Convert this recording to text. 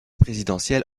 présidentielle